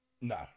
No